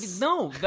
No